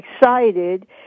excited